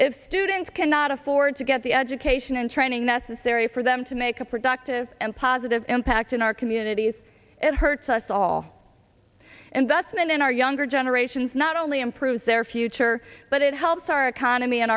if students cannot afford to get the education and training necessary for them to make a productive and positive impact in our communities it hurts us all and that's been in our younger generations not only improves their future but it helps our economy and